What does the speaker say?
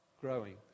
growing